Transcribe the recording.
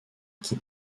qui